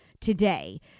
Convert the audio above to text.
today